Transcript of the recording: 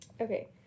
okay